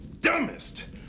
dumbest